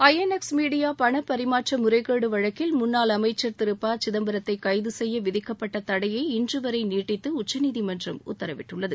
ஐ N X media பணப்பரிமாற்ற முறைகேடு வழக்கில் முன்னாள் அமைச்சர் திரு ப சிதம்பரத்தை கைது செய்ய விதிக்கப்பட்ட தடையை இன்றுவரை நீட்டித்து உச்சநீதிமன்றம் உத்தரவிட்டுள்ளது